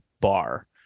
bar